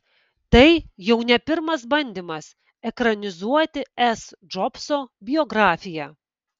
tai jau ne pirmas bandymas ekranizuoti s džobso biografiją